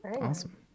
Awesome